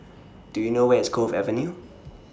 Do YOU know Where IS Cove Avenue